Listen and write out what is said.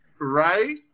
Right